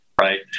Right